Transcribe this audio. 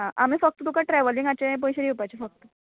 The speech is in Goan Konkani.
आं आमी फक्त तुका ट्रेवलिंगाचे पयशे दिवपाचे फक्त